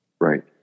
Right